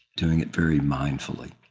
doing it very mindfully.